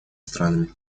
странами